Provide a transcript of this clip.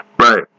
right